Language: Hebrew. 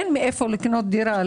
אין מאיפה לקנות דירה.